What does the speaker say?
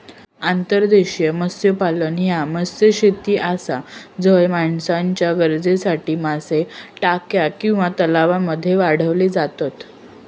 अंतर्देशीय मत्स्यपालन ह्या मत्स्यशेती आसा झय माणसाच्या गरजेसाठी मासे टाक्या किंवा तलावांमध्ये वाढवले जातत